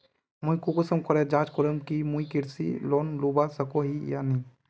मुई कुंसम करे जाँच करूम की मुई कृषि लोन लुबा सकोहो ही या नी?